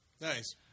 Nice